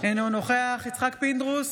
אינו נוכח יצחק פינדרוס,